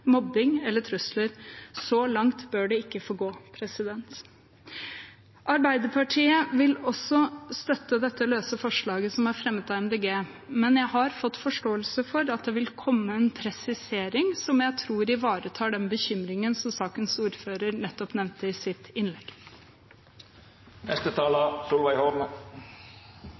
mobbing eller trusler. Så langt bør det ikke få gå. Arbeiderpartiet vil også støtte det løse forslaget, som er fremmet av Miljøpartiet De Grønne, men jeg har fått forståelsen av at det vil komme en presisering som jeg tror ivaretar den bekymringen som sakens ordfører nettopp nevnte i sitt